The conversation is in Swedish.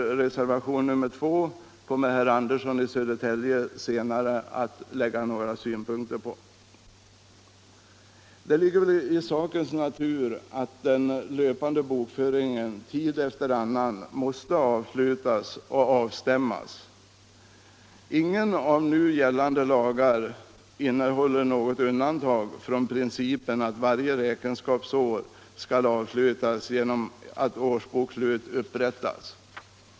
Reservationen 2 kommer herr Andersson i Södertälje senare att framlägga några synpunkter på. Det ligger väl i sakens natur att den löpande bokföringen tid efter annan måste avslutas och avstämmas. Ingen av nu gällande lagar innehåller något undantag från principen att varje räkenskapsår skall avslutas genom att årsbokslut upprättas.